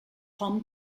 tom